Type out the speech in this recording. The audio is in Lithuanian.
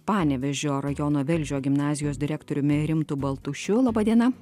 panevėžio rajono velžio gimnazijos direktoriumi rimtu baltušiu laba diena